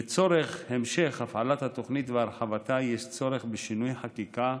לצורך המשך הפעלת התוכנית והרחבתה יש צורך בשינוי חקיקה,